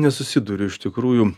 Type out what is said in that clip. nesusiduriu iš tikrųjų